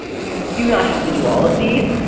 you do not have to do all of these,